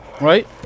right